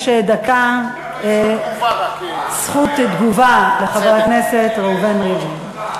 יש דקה זכות תגובה לחבר הכנסת ראובן ריבלין.